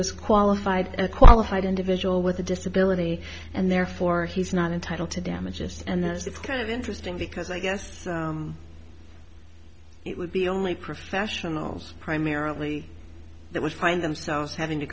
was qualified a qualified individual with a disability and therefore he's not entitled to damages and that's the kind of interesting because i guess it would be only professionals primarily that was find themselves having to